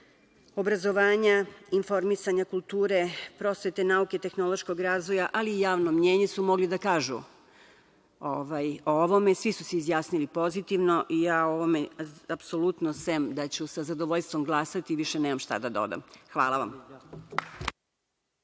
obrazovanja, informisanja, kulture, prosvete, nauke i tehnološkog razvoja, ali i javno mnjenje su mogli da kažu o ovome i svi su se izjasnili pozitivno i ja o ovome, apsolutno, sem da ću glasati više nemam šta da dodam. Hvala vam.